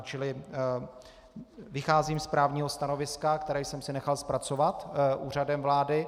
Čili vycházím z právního stanoviska, které jsem si nechal zpracovat Úřadem vlády.